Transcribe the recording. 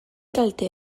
kalte